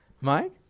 Mike